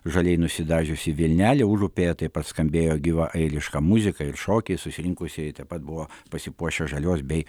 žaliai nusidažiusi vilnelė užupyje taip pat skambėjo gyva airiška muzika ir šokiai susirinkusieji taip pat buvo pasipuošę žalios bei